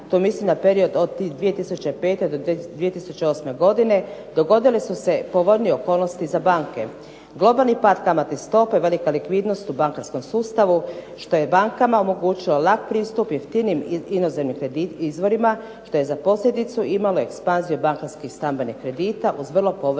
to mislim na period od 2005. do 2008. godine, dogodile su se povoljnije okolnosti za banke, globalni pad kamatne stope, velika likvidnost u bankarskom sustavu što je bankama omogućilo lak pristup jeftinijim inozemnim izvorima te je za posljedicu imalo ekspanziju bankarskih stambenih kredita uz vrlo povoljne